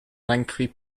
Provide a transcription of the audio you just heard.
lengthy